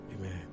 Amen